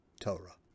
Torah